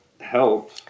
help